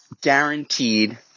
guaranteed